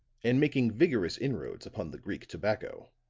and making vigorous inroads upon the greek tobacco.